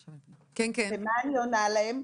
ומה אני עונה להן?